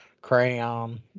Crayon